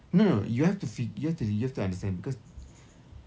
no no no you have to feed~ you have to you have to understand because